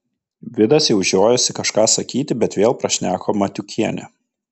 vidas jau žiojosi kažką sakyti bet vėl prašneko matiukienė